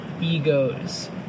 egos